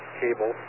cable